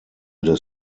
des